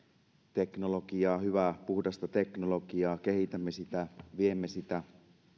teknologiaa hyvää puhdasta teknologiaa kehitämme sitä viemme sitä